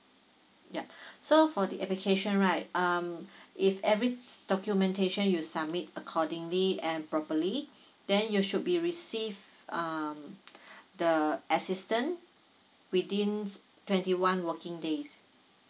yup so for the application right um if every documentation you submit accordingly and properly then you should be receive um the assistant within twenty one working days